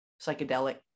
psychedelic